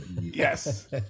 Yes